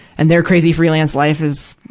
and their crazy freelance life is,